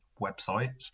websites